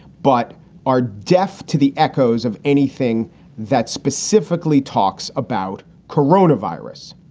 but are deaf to the echoes of anything that specifically talks about coronavirus.